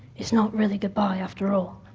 it's not really goodbye after all.